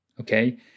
Okay